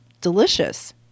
delicious